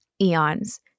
eons